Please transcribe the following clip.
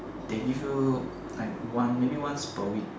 they give you like once maybe once per week